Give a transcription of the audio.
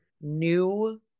new